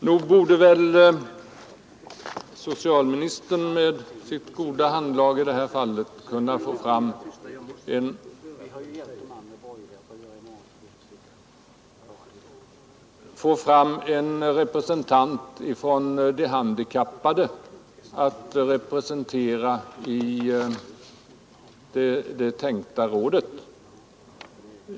Nog borde väl socialministern med sitt goda handlag i det här fallet kunna få fram en representant från de handikappade till det tänkta rådet.